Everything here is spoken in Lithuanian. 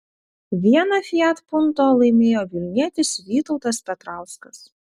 vieną fiat punto laimėjo vilnietis vytautas petrauskas